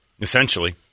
essentially